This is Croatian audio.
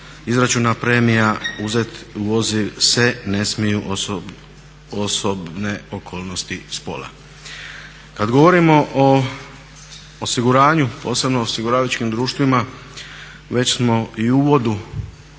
izračuna premija uzeti u obzir se ne smiju osobne okolnosti spola. Kad govorimo o osiguranju, posebno osiguravajućim društvima već smo i u uvodu